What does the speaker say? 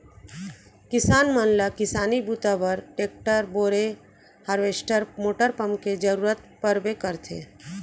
किसान मन ल किसानी बूता बर टेक्टर, बोरए हारवेस्टर मोटर पंप के जरूरत परबे करथे